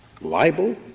libel